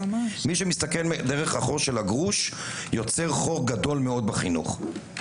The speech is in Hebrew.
מי שמסתכל דרך החור של הגרוש יוצר חור גדול מאוד בחינוך.